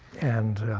and